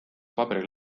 paberil